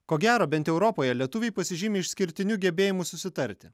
ko gero bent europoje lietuviai pasižymi išskirtiniu gebėjimu susitarti